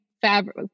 fabric